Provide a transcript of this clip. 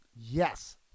Yes